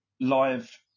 live